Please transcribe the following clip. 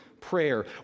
prayer